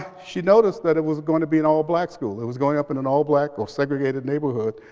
she noticed that it was going to be an all black school. it was going up in an all black or segregated neighborhood.